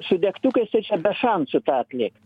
su degtukais tai čia be šansų tą atlikt